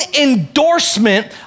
endorsement